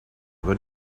going